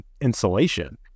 insulation